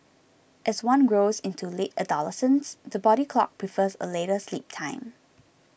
as one grows into late adolescence the body clock prefers a later sleep time